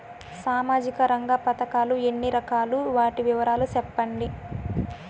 సామాజిక రంగ పథకాలు ఎన్ని రకాలు? వాటి వివరాలు సెప్పండి